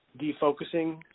defocusing